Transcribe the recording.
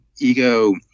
ego